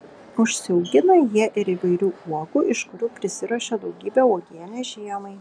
užsiaugina jie ir įvairių uogų iš kurių prisiruošia daugybę uogienės žiemai